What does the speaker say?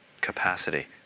capacity